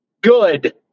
Good